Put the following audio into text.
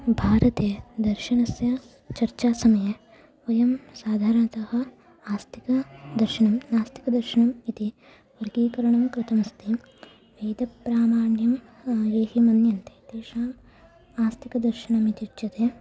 भारते दर्शनस्य चर्चासमये वयं साधारणतः आस्तिकदर्शनं नास्तिकदर्शनम् इति वर्गीकरणं कृतमस्ति वेदप्रामाण्यं यैः मन्यते तेषाम् आस्तिकदर्शनमिति उच्यते